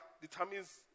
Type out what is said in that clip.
determines